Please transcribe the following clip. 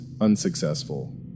unsuccessful